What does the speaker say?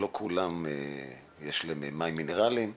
לא לכולם יש מים מינרליים,